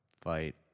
fight